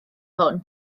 hwn